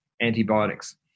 antibiotics